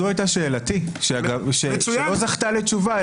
זאת הייתה שאלתי שלא זכתה לתשובה,